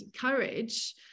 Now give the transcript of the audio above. courage